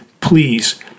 please